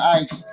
ice